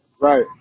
Right